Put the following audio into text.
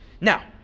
Now